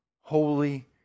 holy